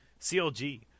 CLG